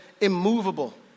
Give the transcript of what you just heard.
immovable